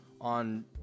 on